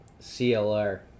CLR